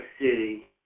City